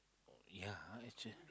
yeah !huh! actually